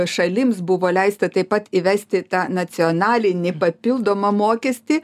šalims buvo leista taip pat įvesti tą nacionalinį papildomą mokestį